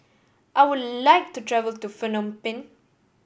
I would like to travel to Phnom Penh